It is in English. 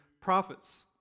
prophets